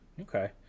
Okay